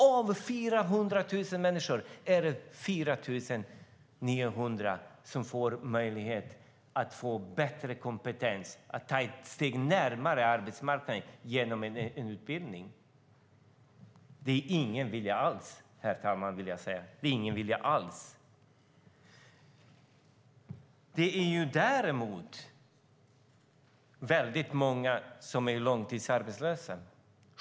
Av 400 000 människor är det 4 900 som får en möjlighet att förbättra sin kompetens och ta ett steg närmare arbetsmarknaden genom en utbildning. Det finns ingen vilja alls, herr talman. Många är långtidsarbetslösa.